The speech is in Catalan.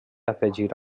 afegir